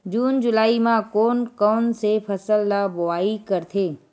जून July म कोन कौन से फसल ल बोआई करथे?